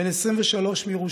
בן 23 מירושלים,